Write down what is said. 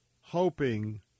hoping